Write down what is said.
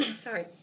Sorry